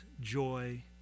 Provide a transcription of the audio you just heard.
joy